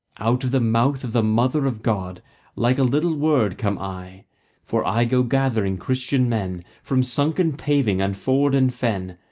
out of the mouth of the mother of god like a little word come i for i go gathering christian men from sunken paving and ford and fen,